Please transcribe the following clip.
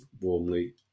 warmly